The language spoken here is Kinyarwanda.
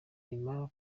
nimara